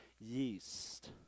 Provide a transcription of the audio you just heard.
yeast